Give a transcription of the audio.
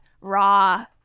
raw –